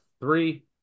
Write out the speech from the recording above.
Three